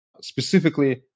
Specifically